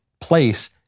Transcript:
place